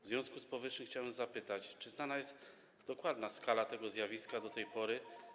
W związku z powyższym chciałbym zapytać, czy znana jest dokładna skala tego zjawiska do tej pory.